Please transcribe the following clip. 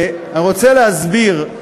אני רוצה להסביר.